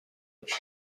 میشه